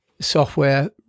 software